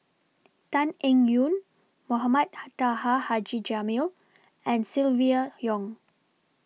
Tan Eng Yoon Mohamed Taha Haji Jamil and Silvia Yong